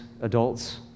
adults